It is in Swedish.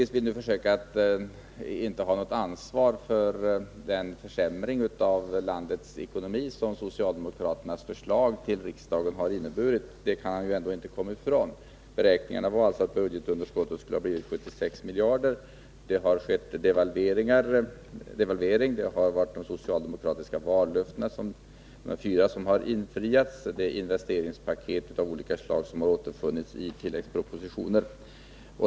Oskar Lindkvist försöker komma bort från ansvaret för den försämring av landets ekonomi som socialdemokraternas förslag till riksdagen har inneburit. Men det ansvaret kan han ju ändå inte komma ifrån. Enligt beräkningarna skulle budgetunderskottet ha blivit 76 miljarder. Därefter har det skett en devalvering, de fyra socialdemokratiska vallöftena har infriats, det har varit investeringspaket av olika slag som har återfunnits i tilläggspropositionen.